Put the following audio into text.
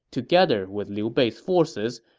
together with liu bei's forces,